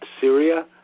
Syria